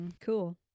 Cool